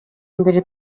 mbere